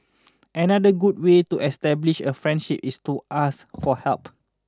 another good way to establish a friendship is to ask for help